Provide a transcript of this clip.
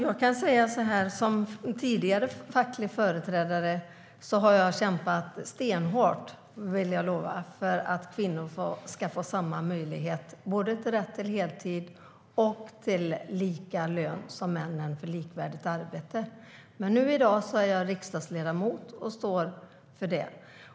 Herr talman! Som tidigare facklig företrädare har jag kämpat stenhårt, vill jag lova, för att kvinnor ska få samma möjligheter både när det gäller rätt till heltid och rätt till lika lön för likvärdigt arbete som män. Men i dag är jag riksdagsledamot och står för det.